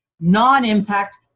non-impact